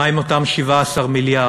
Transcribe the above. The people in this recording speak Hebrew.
מה עם אותם 17 מיליארד